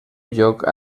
lloc